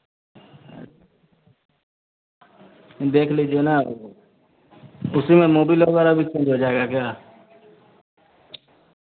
देख लीजिए ना ओ उसी में मोबिल वगैरह भी चेंज हो जाएगा क्या